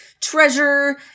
treasure